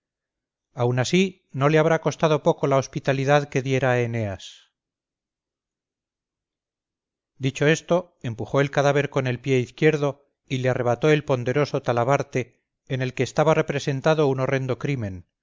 aún así no le habrá costado poco la hospitalidad que diera a eneas dicho esto empujó el cadáver con el pie izquierdo y le arrebató el ponderoso talabarte en el que estaba representado un horrendo crimen